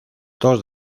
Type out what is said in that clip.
dos